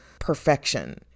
perfection